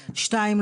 שתיים,